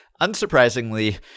unsurprisingly